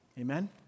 Amen